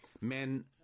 men